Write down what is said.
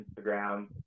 Instagram